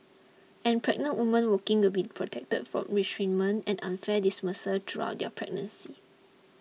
and pregnant woman working will be protected from retrenchment and unfair dismissal throughout their pregnancy